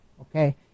Okay